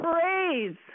praise